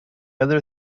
other